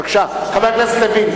בבקשה, חבר הכנסת לוין.